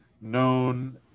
known